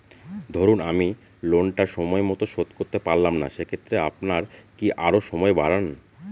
ধরুন আমি লোনটা সময় মত শোধ করতে পারলাম না সেক্ষেত্রে আপনার কি আরো সময় বাড়ান?